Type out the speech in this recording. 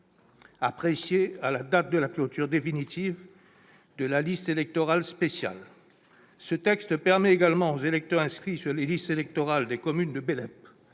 appréciés à la date de la clôture définitive de la liste électorale spéciale. Ce texte permettra également, s'il est adopté, aux électeurs inscrits sur les listes électorales des communes de Bélep,